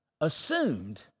assumed